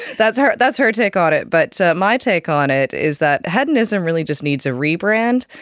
that's her that's her take on it, but so my take on it is that hedonism really just needs a rebrand.